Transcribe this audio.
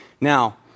Now